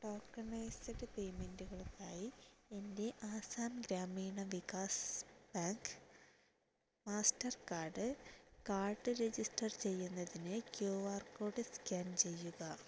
tokenised പേയ്മെന്റുകൾക്കായി എൻ്റെ Assam Gramin Vikas bank Mastercard card register ചെയ്യുന്നതിന് ക്യൂ ആർ കോഡ് സ്കാൻ ചെയ്യുക